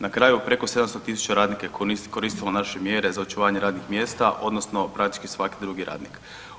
Na kraju preko 700.000 radnika je koristilo naše mjere za očuvanje radnih mjesta odnosno praktički svaki drugi radnik.